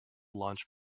launch